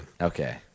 Okay